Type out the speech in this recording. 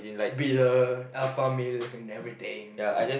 be the alpha male and everything